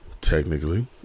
technically